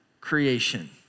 creation